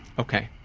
okay.